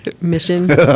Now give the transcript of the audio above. Mission